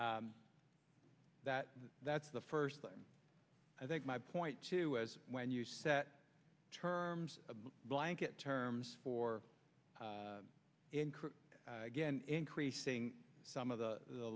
that that's the first thing i think my point to as when you set terms of blanket terms for again increasing some of the